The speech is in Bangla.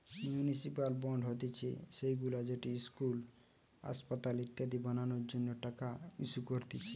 মিউনিসিপাল বন্ড হতিছে সেইগুলা যেটি ইস্কুল, আসপাতাল ইত্যাদি বানানোর জন্য টাকা ইস্যু করতিছে